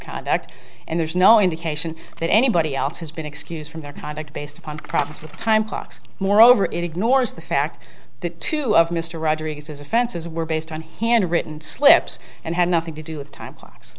conduct and there's no indication that anybody else has been excused from their conduct based upon problems with time clocks moreover it ignores the fact that two of mr rodriguez's offenses were based on hand written slips and had nothing to do with time clocks